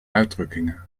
uitdrukkingen